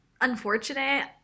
unfortunate